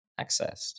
accessed